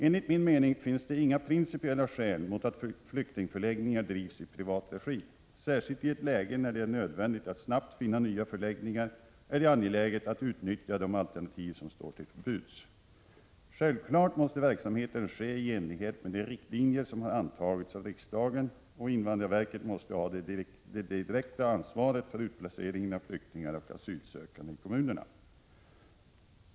Enligt min mening finns det inga principiella skäl mot att flyktingförläggningar drivs i privat regi. Särskilt i ett läge när det är nödvändigt att snabbt finna nya förläggningar är det angeläget att utnyttja de alternativ som står till buds. Självklart måste verksamheten ske i enlighet med de riktlinjer som har antagits av riksdagen, och invandrarverket måste ha det direkta ansvaret för utplaceringen av flyktingar och asylsökande i kommunerna.